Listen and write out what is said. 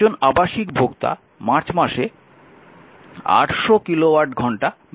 একজন আবাসিক ভোক্তা মার্চ মাসে 800 কিলোওয়াট ঘন্টা ব্যবহার করে